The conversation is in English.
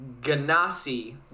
Ganassi